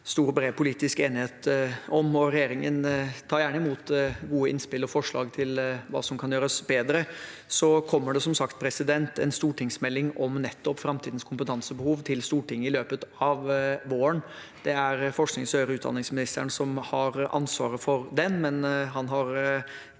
stor og bred politisk enighet om, og regjeringen tar gjerne imot gode innspill og forslag til hva som kan gjøres bedre. Så kommer det som sagt en stortingsmelding om nettopp framtidens kompetansebehov til Stortinget i løpet av våren. Det er forsknings- og høyere utdanningsministeren som har ansvaret for den, men han har i